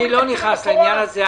אני לא נכנס לעניין הזה.